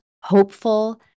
hopeful